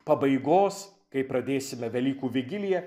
pabaigos kai pradėsime velykų vigiliją